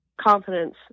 confidence